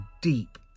deep